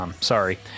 Sorry